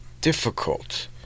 difficult